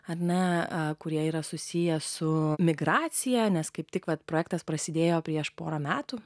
ar na kurie yra susiję su migracija nes kaip tik vat projektas prasidėjo prieš porą metų